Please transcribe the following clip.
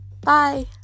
Bye